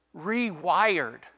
rewired